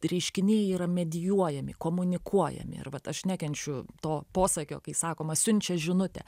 reiškiniai yra medijuojami komunikuojami ir vat aš nekenčiu to posakio kai sakoma siunčia žinutę